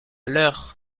leur